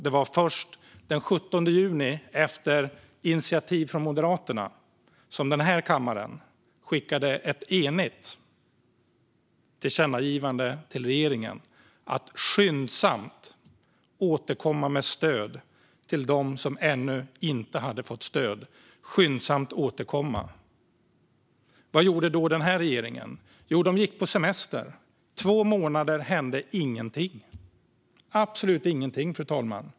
Det var först den 17 juni, efter initiativ från Moderaterna, som den här kammaren skickade ett enigt tillkännagivande till regeringen om att skyndsamt återkomma med stöd till dem som ännu inte hade fått stöd - skyndsamt återkomma. Vad gjorde då den här regeringen? Jo, den gick på semester. På två månader hände ingenting - absolut ingenting, fru talman!